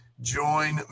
Join